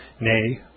nay